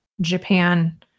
Japan